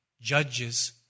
Judges